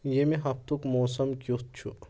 ییٚمہِ ہفتُک موسَم کیٛتھ چھُ